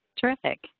Terrific